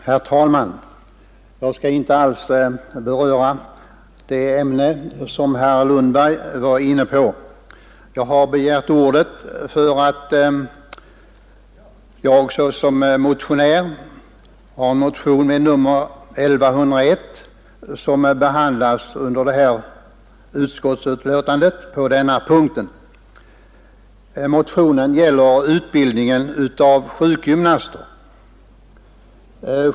Herr talman! Jag skall inte alls beröra det ämne som herr Lundberg var inne på. Jag har begärt ordet i egenskap av motionär, eftersom min motion nr 1101 behandlas på denna punkt i utskottsbetänkandet. Motionen gäller utbildningen av sjukgymnaster.